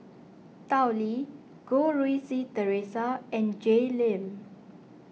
Tao Li Goh Rui Si theresa and Jay Lim